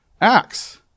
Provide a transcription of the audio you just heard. Acts